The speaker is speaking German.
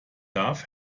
darf